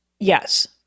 Yes